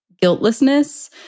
guiltlessness